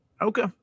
Okay